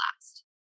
last